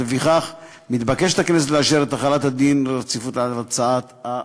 לפיכך מתבקשת הכנסת לאשר את החלת דין הרציפות על הצעת החוק.